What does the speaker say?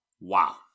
Wow